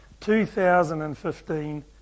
2015